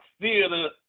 Theater